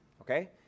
okay